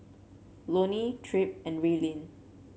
Loney Tripp and Raelynn